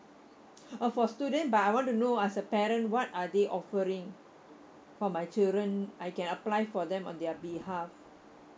uh for student but I want to know as a parent what are they offering for my children I can apply for them on their behalf